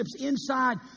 inside